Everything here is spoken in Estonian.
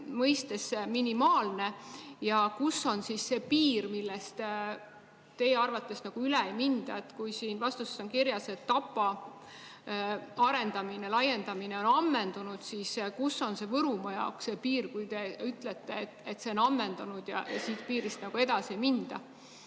mõistes ja kus on see piir, millest teie arvates üle ei minda. Kui siin vastuses on kirjas, et Tapa arendamine, laiendamine on ammendunud, siis kus on Võrumaa jaoks piir, kui te ütlete, et see on ammendunud ja siit piirist edasi ei minda?